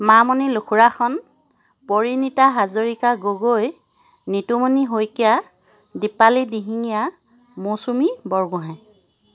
Mamoni Lukhurakhon Parinita Hazarika Gogoi Nitumoni Saikia Dipali Dihingia Mousumi Borgohain